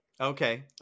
Okay